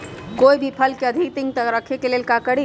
कोई भी फल के अधिक दिन तक रखे के ले ल का करी?